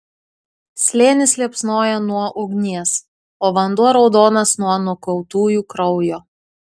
slėnis liepsnoja nuo ugnies o vanduo raudonas nuo nukautųjų kraujo